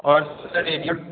और sir A T M